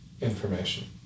information